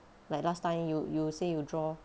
like last time you you say you draw